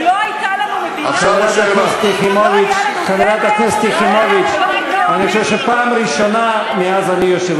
חברת הכנסת זהבה גלאון, גם כן קריאה ראשונה לסדר.